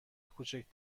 کوچک